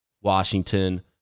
Washington